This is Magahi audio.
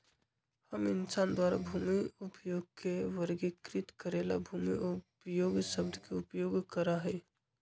हम इंसान द्वारा भूमि उपयोग के वर्गीकृत करे ला भूमि उपयोग शब्द के उपयोग करा हई